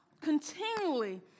continually